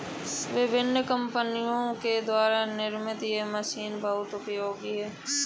विभिन्न कम्पनियों के द्वारा निर्मित यह मशीन बहुत उपयोगी है